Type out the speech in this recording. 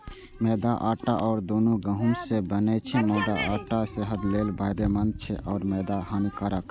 मैदा आ आटा, दुनू गहूम सं बनै छै, मुदा आटा सेहत लेल फायदेमंद छै आ मैदा हानिकारक